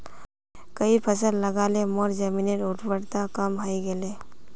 कई फसल लगा ल मोर जमीनेर उर्वरता कम हई गेले